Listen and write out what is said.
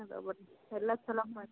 ಇದಾವೆ ಬನ್ರಿ ಎಲ್ಲ ಚೊಲೋ